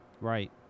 Right